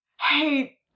hey